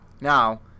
Now